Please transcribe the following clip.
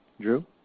Drew